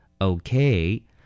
Okay